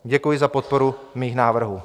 Děkuji za podporu mých návrhů.